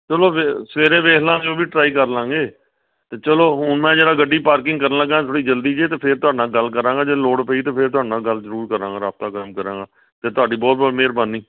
ਚਲੋ ਫਿਰ ਸਵੇਰੇ ਵੇਖ ਲਾਂਗੇ ਉਹ ਵੀ ਟਰਾਈ ਕਰ ਲਾਂਗੇ ਅਤੇ ਚਲੋ ਹੁਣ ਮੈਂ ਜਰਾ ਗੱਡੀ ਪਾਰਕਿੰਗ ਕਰਨ ਲੱਗਾ ਥੋੜ੍ਹੀ ਜਲਦੀ 'ਚ ਹੈ ਅਤੇ ਫਿਰ ਤੁਹਾਡੇ ਨਾਲ ਗੱਲ ਕਰਾਂਗਾ ਜੇ ਲੋੜ ਪਈ ਅਤੇ ਫਿਰ ਤੁਹਾਡੇ ਨਾਲ ਗੱਲ ਜ਼ਰੂਰ ਕਰਾਂਗਾ ਰਾਬਤਾ ਕਾਇਮ ਕਰਾਂਗਾ ਅਤੇ ਤੁਹਾਡੀ ਬਹੁਤ ਬਹੁਤ ਮਿਹਰਬਾਨੀ